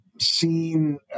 seen